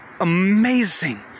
Amazing